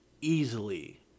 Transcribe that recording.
easily